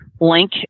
link